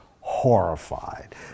horrified